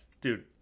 dude